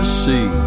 see